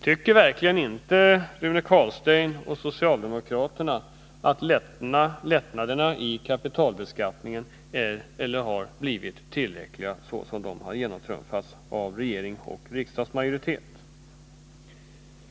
Tycker verkligen inte Rune Carlstein och socialdemo — Villabeskattkraterna att lättnaderna i kapitalbeskattningen har blivit tillräckligt stora såsom de har genomtrumfats av regering och riksdagsmajoritet?